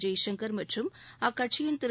ஜெய்ஷங்கா் மற்றும் அக்கட்சியின் திரு